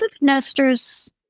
nesters